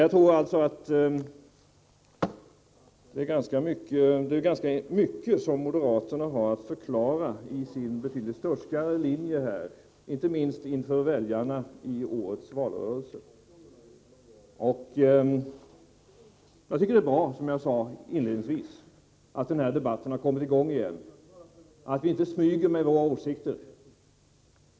Jag tror således att det är ganska mycket som moderaterna har att förklara i sin betydligt sturskare linje här, inte minst för väljarna i årets valrörelse. Det är, som jag sade inledningsvis, bra att den här debatten har kommit i gång igen och att ingen smyger omkring med sina åsikter.